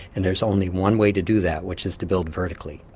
and there's only one way to do that, which is to build vertically.